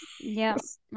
yes